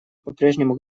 попрежнему